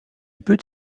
peut